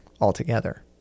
altogether